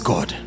God